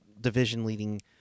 division-leading